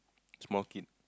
small kid